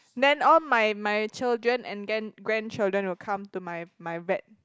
then all my my children and gan~ grandchildren will come to my my vet